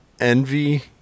envy